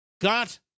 got